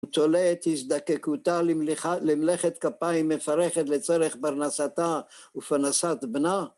תולה את הזדקקותה למלאכת כפיים מפרכת לצורך פרנסתה ופרנסת בנה